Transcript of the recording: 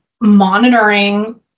monitoring